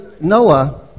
Noah